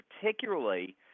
particularly